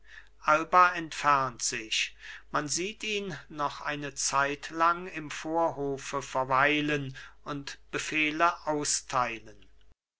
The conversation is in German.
alba entfernt sich man sieht ihn noch eine zeitlang im vorhofe verweilen und befehle austeilen